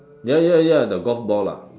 ya ya ya the golf ball lah mm